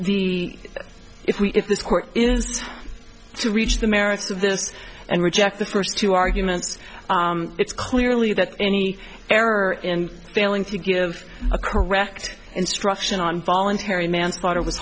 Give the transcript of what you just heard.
the if we if this court is to reach the merits of this and reject the first two arguments it's clearly that any error in failing to give a correct instruction on voluntary manslaughter w